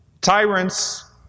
Tyrants